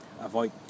Avoid